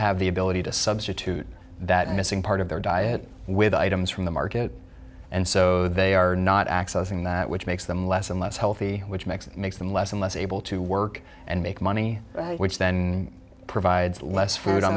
have the ability to substitute that missing part of their diet with items from the market and so they are not accessing that which makes them less and less healthy which makes it makes them less and less able to work and make money which then provides less food on